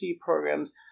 programs